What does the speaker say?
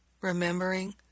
remembering